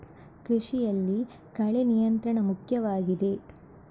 ಕೃಷಿಯಲ್ಲಿ ಕಳೆ ನಿಯಂತ್ರಣ ಮುಖ್ಯವಾಗಿದೆ